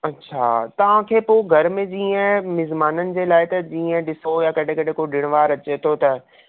अच्छा तव्हांखे पोइ घर में जीअं मिज़माननि जे लाइ त जीअं ॾिसो या कॾहिं कॾहिं को ॾिणु वारु अचे थो त